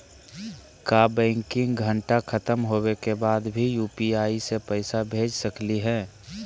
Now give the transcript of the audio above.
का बैंकिंग घंटा खत्म होवे के बाद भी यू.पी.आई से पैसा भेज सकली हे?